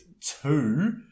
two